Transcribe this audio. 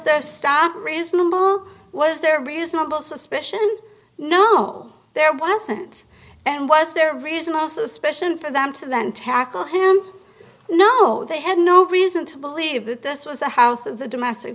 there stock reasonable was there reasonable suspicion no there wasn't and was there reasonable suspicion for them to then tackle him no they had no reason to believe that this was a house of the domestic